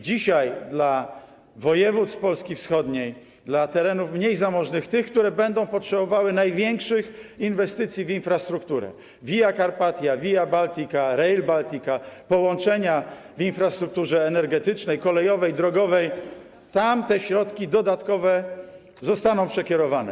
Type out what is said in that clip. Dzisiaj dla województw Polski wschodniej, dla terenów mniej zamożnych, tych, które będą potrzebowały największych inwestycji w infrastrukturę, Via Carpatia, Via Baltica, Rail Baltica, połączenia w infrastrukturze energetycznej, kolejowej, drogowej - tam te środki dodatkowe zostaną przekierowane.